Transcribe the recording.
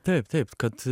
taip taip kad